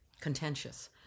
contentious